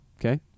Okay